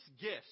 gifts